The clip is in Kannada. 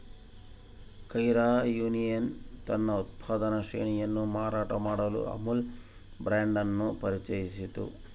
ಕೈರಾ ಯೂನಿಯನ್ ತನ್ನ ಉತ್ಪನ್ನ ಶ್ರೇಣಿಯನ್ನು ಮಾರಾಟ ಮಾಡಲು ಅಮುಲ್ ಬ್ರಾಂಡ್ ಅನ್ನು ಪರಿಚಯಿಸಿತು